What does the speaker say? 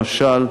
למשל,